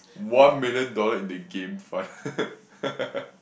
one million dollar into game fund